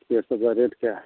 ये सब का रेट क्या है